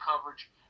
coverage